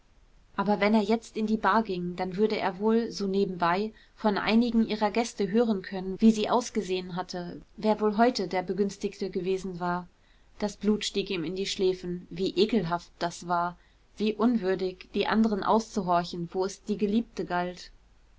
aber wenn er jetzt in die bar ging dann würde er wohl so nebenbei von einigen ihrer gäste hören können wie sie ausgesehen hatte wer wohl heute der begünstigte gewesen war das blut stieg ihm in die schläfen wie ekelhaft das war wie unwürdig die anderen auszuhorchen wo es die geliebte galt